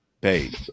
babe